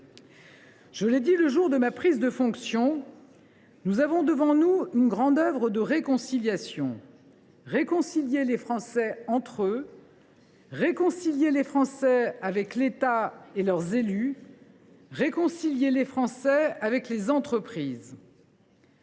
Je l’ai dit le jour de ma prise de fonction, nous avons devant nous une grande œuvre de réconciliation : réconcilier les Français entre eux ; réconcilier les Français avec l’État et leurs élus ; réconcilier les Français avec les entreprises.